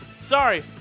sorry